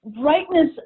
brightness